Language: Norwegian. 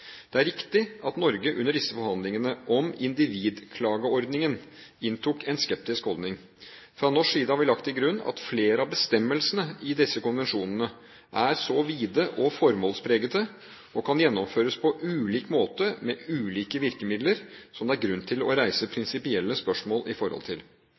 Det er riktig at Norge under disse forhandlingene om individklageordningen inntok en skeptisk holdning. Fra norsk side har vi lagt til grunn at flere av bestemmelsene i disse konvensjonene er vide og formålspregede, og kan gjennomføres på ulike måter og med ulike virkemidler, som det er grunn til å reise prinsipielle spørsmål i forhold til.